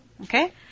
Okay